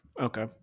Okay